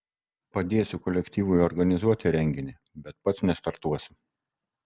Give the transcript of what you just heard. padėsiu kolektyvui organizuoti renginį bet pats nestartuosiu